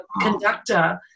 conductor